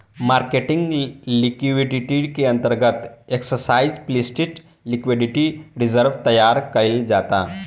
marketing liquidity के अंतर्गत explicit liquidity reserve तैयार कईल जाता